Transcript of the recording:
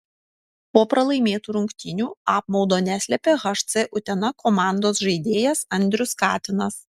po pralaimėtų rungtynių apmaudo neslėpė hc utena komandos žaidėjas andrius katinas